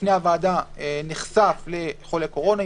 שלפני הוועדה נחשף לחולה קורונה,